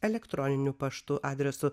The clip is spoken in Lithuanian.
elektroniniu paštu adresu